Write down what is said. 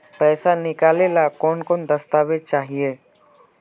पैसा निकले ला कौन कौन दस्तावेज चाहिए?